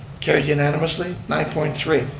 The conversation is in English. carried unanimously, nine point three.